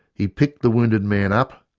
he picked the wounded man up,